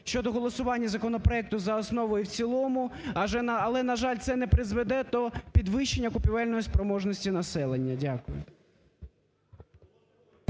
щодо голосування законопроекту за основу і в цілому, але, на жаль, це не призведе до підвищення купівельної спроможності населення. Дякую.